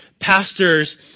pastors